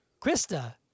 Krista